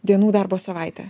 dienų darbo savaitė